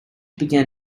began